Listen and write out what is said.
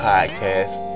Podcast